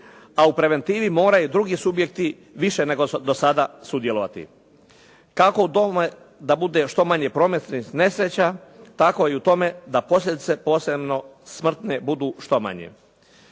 a u preventivi moraju drugi subjekti više nego do sada sudjelovati. Kako u tome da bude što manje prometnih nesreća tako i u tome da posljedice posebno smrtne budu što manje.